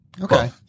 Okay